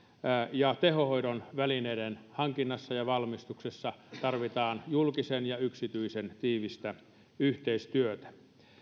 ja tehohoidon välineiden hankinnassa ja valmistuksessa tarvitaan julkisen ja yksityisen tiivistä yhteistyötä